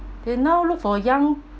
they now look for young